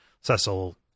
Cecil